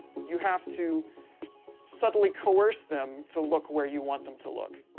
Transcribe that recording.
you have to subtly coerce them to look where you want them to look.